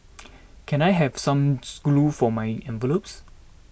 can I have some glue for my envelopes